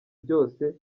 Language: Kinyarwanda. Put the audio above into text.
byose